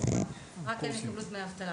רק הם יקבלו את דמי האבטלה,